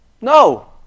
No